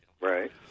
Right